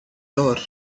door